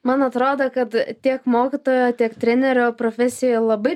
man atrodo kad tiek mokytojo tiek trenerio profesijoj labai